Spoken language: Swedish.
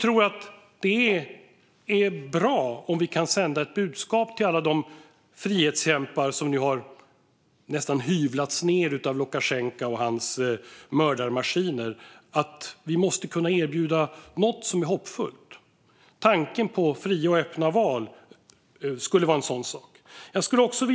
Det är bra om vi kan sända ett budskap till alla de frihetskämpar som nästan har hyvlats ned av Lukasjenko och hans mördarmaskiner och kan erbjuda något som är hoppfullt. Tanken på fria och öppna val skulle vara en sådan sak.